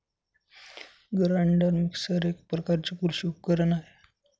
grinder mixer हे एक प्रकारचे कृषी उपकरण आहे